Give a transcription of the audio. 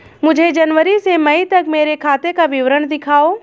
मुझे जनवरी से मई तक मेरे खाते का विवरण दिखाओ?